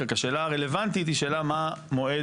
רק השאלה הרלוונטית היא שאלה מה מועד,